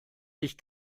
ich